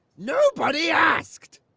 nobody asked!